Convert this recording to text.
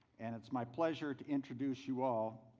and it's my pleasure to introduce you all,